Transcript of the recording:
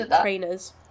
trainers